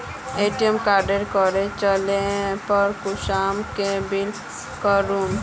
ATM card हरे जाले पर कुंसम के ब्लॉक करूम?